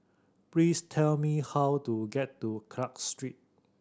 please tell me how to get to Clarke Street